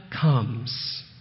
comes